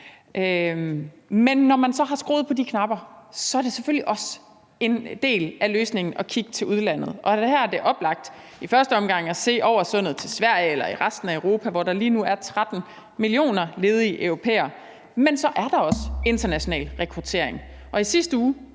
Men når man så har skruet på de knapper, er det selvfølgelig også en del af løsningen at kigge til udlandet. Her er det oplagt i første omgang at se over sundet til Sverige eller til resten af Europa, hvor der lige nu er 13 millioner ledige europæere. Men så er der også international rekruttering. I sidste uge